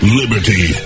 liberty